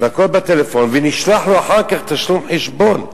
והכול בטלפון, ונשלח לו אחר כך חשבון לתשלום.